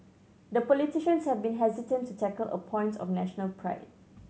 the politicians have been hesitant to tackle a point of national pride